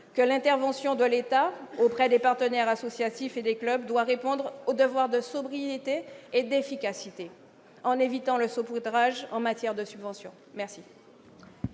que l'intervention de l'État auprès des partenaires associatifs et des clubs doit répondre au devoir de sobriété et d'efficacité, en évitant le saupoudrage en matière de subventions.